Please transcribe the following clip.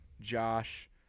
Josh